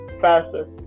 faster